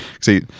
See